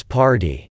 party